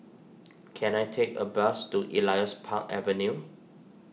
can I take a bus to Elias Park Avenue